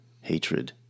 hatred